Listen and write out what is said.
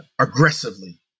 aggressively